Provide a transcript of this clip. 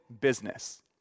business